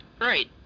Right